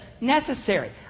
necessary